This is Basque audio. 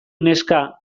neska